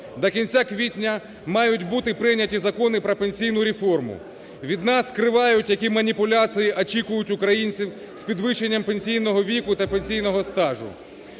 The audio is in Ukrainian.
До кінця квітня мають бути прийняті закони про пенсійну реформу. Від нас скривають, які маніпуляції очікують українців з підвищенням пенсійного віку та пенсійного стажу.